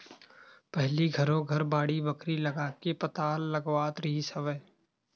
पहिली घरो घर बाड़ी बखरी लगाके पताल लगावत रिहिस हवय